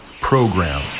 Program